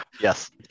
Yes